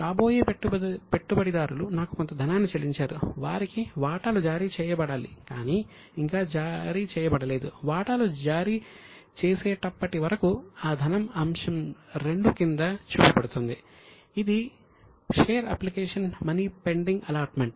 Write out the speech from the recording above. కాబోయే పెట్టుబడిదారులు నాకు కొంత ధనాన్ని చెల్లించారు వారికి వాటాలు జారీ చేయబడాలి కానీ ఇంకా జారీ చేయబడలేదు వాటాలు జారీ చేసేటప్పటి వరకు ఆ ధనం అంశం సంఖ్య 2 కింద చూపబడుతుంది ఇది share application money pending allotment